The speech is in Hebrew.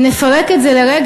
אם נפרק את זה לרגע,